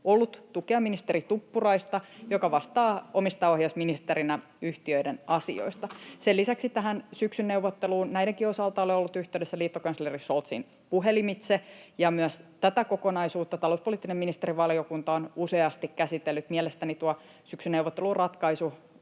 ollut tukea ministeri Tuppuraista, joka vastaa omistajaohjausministerinä yhtiöiden asioista. Lisäksi tähän syksyn neuvotteluun: Näidenkin osalta olen ollut yhteydessä liittokansleri Scholziin puhelimitse, ja myös tätä kokonaisuutta talouspoliittinen ministerivaliokunta on useasti käsitellyt. Mielestäni tuo syksyn neuvotteluratkaisu